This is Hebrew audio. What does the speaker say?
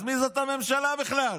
אז מי זאת המשלה בכלל?